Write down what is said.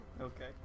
okay